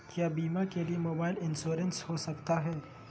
क्या बीमा के लिए मोबाइल इंश्योरेंस हो सकता है?